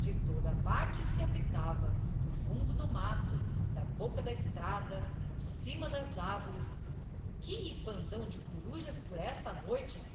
de toda a parte se apitava do fundo do matto da bocca da estrada por cima das arvores que bandão de corujas por esta noite